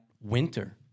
winter